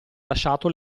lasciato